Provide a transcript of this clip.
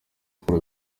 paul